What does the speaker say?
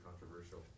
controversial